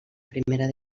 primera